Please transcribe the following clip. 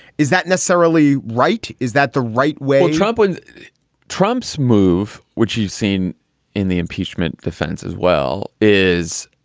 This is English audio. is that necessarily right? is that the right way? trump wins trump's move, which you've seen in the impeachment defense as well, is,